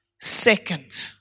Second